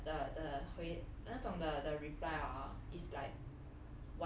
那种的的的那种的的 reply hor is like